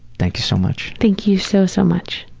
thank you so much. thank you so, so, much.